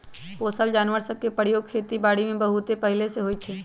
पोसल जानवर सभ के प्रयोग खेति बारीमें बहुते पहिले से होइ छइ